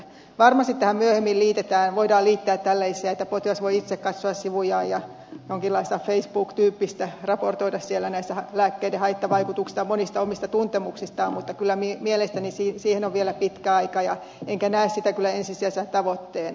varmasti tähän myöhemmin voidaan liittää tällaisia että potilas voi itse katsoa sivujaan jonkinlaista facebook tyyppistä raportoida siellä näistä lääkkeiden haittavaikutuksista ja monista omista tuntemuksistaan mutta kyllä mielestäni siihen on vielä pitkä aika enkä näe sitä kyllä ensisijaisena tavoitteena